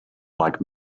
like